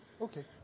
Okay